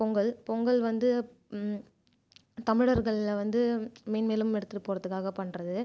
பொங்கல் பொங்கல் வந்து தமிழர்கள்ளை வந்து மென்மேலும் எடுத்துகிட்டு போகறத்துக்காக பண்ணுறது